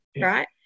right